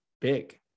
big